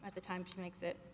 at the time she makes it